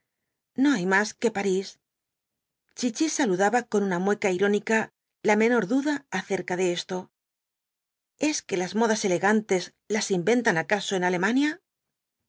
no hay más que parís chichi saludaba con una mueca irónica la menor duda acerca de esto es que las modas elegantes las inventan acaso en alemania